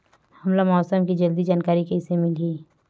हमला मौसम के जल्दी जानकारी कइसे मिलही?